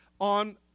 on